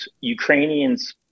Ukrainians